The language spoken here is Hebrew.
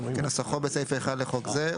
כנוסחו בסעיף 1 לחוק זה,